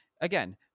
again